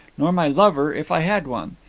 nor my lover, if i had one.